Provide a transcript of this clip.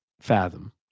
fathom